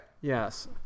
yes